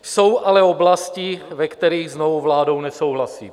Jsou ale oblasti, ve kterých s novou vládou nesouhlasím.